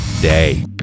day